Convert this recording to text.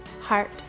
heart